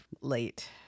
late